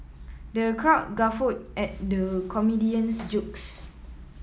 the crowd guffawed at the comedian's jokes